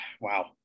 Wow